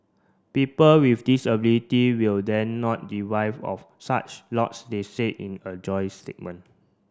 people with disability will then not deprived of such lots they said in a joint statement